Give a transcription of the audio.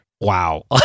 Wow